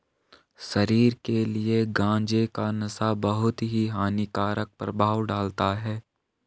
शरीर के लिए गांजे का नशा बहुत ही हानिकारक प्रभाव डालता है